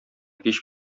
һич